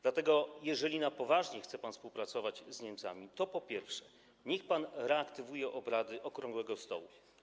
Dlatego jeżeli na poważnie chce pan współpracować z Niemcami, to, po pierwsze, niech pan reaktywuje obrady okrągłego stołu.